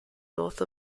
north